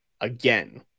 again